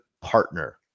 partner